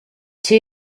two